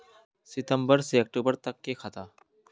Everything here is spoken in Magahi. सितम्बर से अक्टूबर तक के खाता?